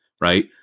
right